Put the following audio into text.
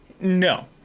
no